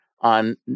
on